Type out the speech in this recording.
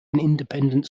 independent